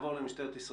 לעבור למשטרת ישראל.